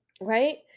Right